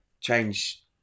change